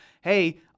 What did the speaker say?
Hey